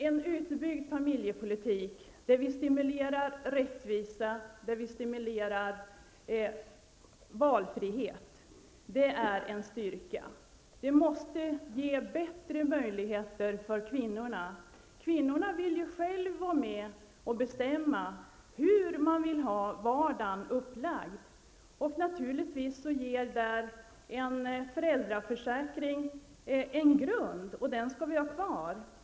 En utbyggd familjepolitik där vi stimulerar rättvisa och valfrihet är en styrka. Det måste ge bättre möjligheter för kvinnorna. Kvinnorna vill själva vara med och bestämma hur de vill ha vardagen upplagd. En föräldraförsäkring utgör naturligtvis en grund, och den skall vi ha kvar.